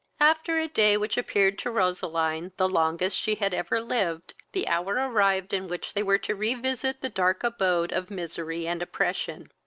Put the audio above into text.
after a day which appeared to roseline the longest she had ever lived, the hour arrived in which they were to revisit the dark abode of misery and oppression.